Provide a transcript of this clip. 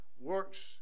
works